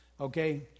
Okay